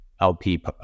LP